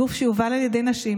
גוף שיובל על ידי נשים,